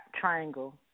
triangle